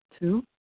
Two